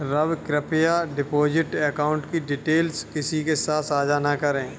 रवि, कृप्या deposit account की details किसी के साथ सांझा न करें